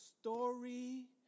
story